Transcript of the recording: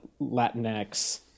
Latinx